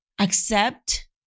accept